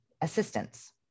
assistance